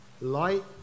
light